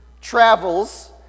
travels